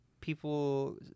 People